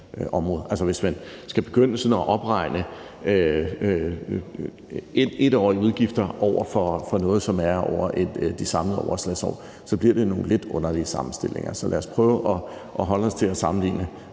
område. Altså, hvis man skal begynde sådan at opregne 1-årige udgifter over for noget, som er hen over de samlede overslagsår, bliver det nogle lidt underlige sammenstillinger. Så lad os prøve at holde os til at sammenligne